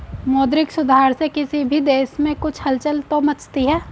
मौद्रिक सुधार से किसी भी देश में कुछ हलचल तो मचती है